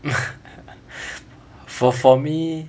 for for me